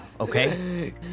okay